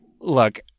look